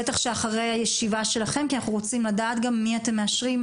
בטח שאחרי הישיבה שלכם כי אנחנו רוצים לדעת גם מי אתם מאשרים,